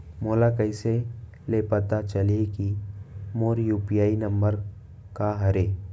मोला कइसे ले पता चलही के मोर यू.पी.आई नंबर का हरे?